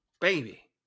baby